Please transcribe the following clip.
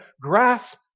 grasp